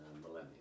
millennia